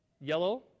Yellow